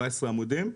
17 עמודים,